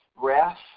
breath